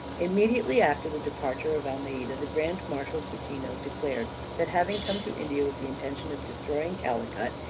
immediately after the departure of almeida, the grand marshal coutinho declared that, having come to india with the intention of destroying calicut,